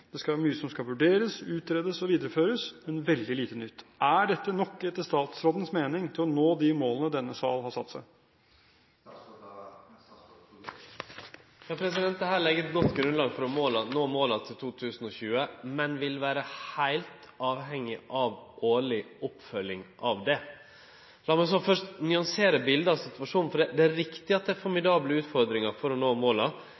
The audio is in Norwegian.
som skal vurderes, utredes og videreføres, men det er veldig lite nytt. Er dette, etter statsrådens mening, nok for å nå de målene denne salen har satt seg? Dette legg eit godt grunnlag for å nå måla i 2020, men vi vil vere heilt avhengige av ei årleg oppfølging. Lat meg først nyansere biletet av situasjonen. Det er riktig at det er formidable utfordringar for å nå måla,